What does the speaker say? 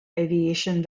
aviation